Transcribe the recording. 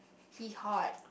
he hot